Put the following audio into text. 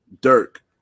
Dirk